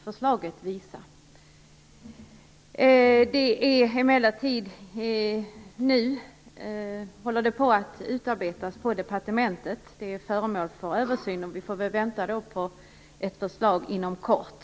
Det här håller nu på att utarbetas på departementet. Det är föremål för översyn, och vi får väl vänta på ett förslag inom kort.